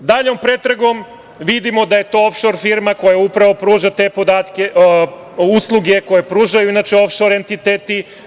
Daljom pretragom vidimo da je to ofšor firma koja upravo pruža te podatke, usluge koje pružaju ofšor entiteti.